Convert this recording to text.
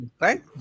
right